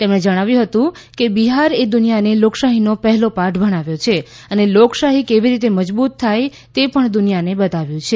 તેમણે જણાવ્યું કે બિહાર એ દુનિયાને લોકશાહીનો પહેલો પાઠ ભણાવ્યો છે અને લોકશાહી કેવી રીતે મજબુત થાય તે પણ દુનિયાને બતાવ્યું છે